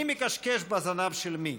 מי מקשקש בזנב של מי,